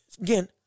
again